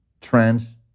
trends